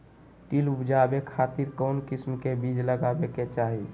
तिल उबजाबे खातिर कौन किस्म के बीज लगावे के चाही?